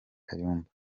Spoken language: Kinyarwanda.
kayumba